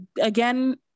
again